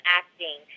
acting